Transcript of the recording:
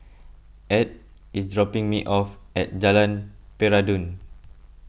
Ed is dropping me off at Jalan Peradun